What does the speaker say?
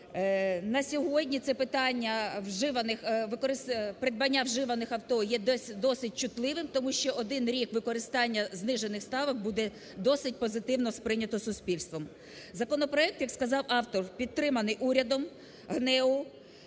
На сьогодні це питання придбання вживаних авто є досить чутливим, тому що один рік використання знижених ставок буде досить позитивно сприйнято суспільством. Законопроект, як сказав автор, підтриманий урядом, ГНЕУ,